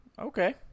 Okay